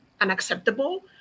unacceptable